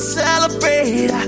celebrate